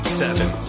seven